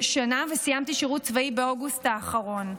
שנה וסיימתי שירות צבאי באוגוסט האחרון.